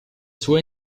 sua